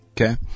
Okay